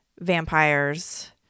vampires